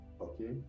Okay